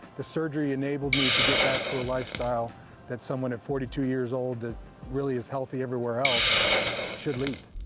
the surgery enabled me to get back to a lifestyle that someone at forty two years old that really is healthy everywhere else should lead.